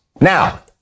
Now